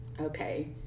okay